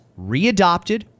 readopted